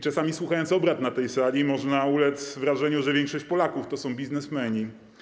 Czasami słuchając obrad na tej sali, można ulec wrażeniu, że większość Polaków to biznesmeni.